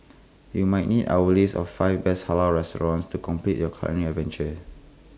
you might need our list of five best Halal restaurants to complete your culinary adventure